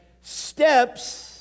steps